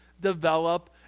develop